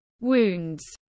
wounds